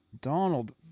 Donald